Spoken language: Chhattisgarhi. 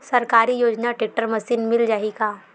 सरकारी योजना टेक्टर मशीन मिल जाही का?